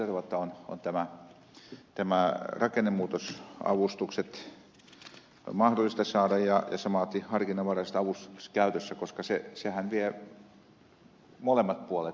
pitäisi olla sillä tavalla jotta on nämä rakennemuutosavustukset mahdollista saada ja samaten on harkinnanvaraiset avustukset käytössä koska sehän vie molemmat puolet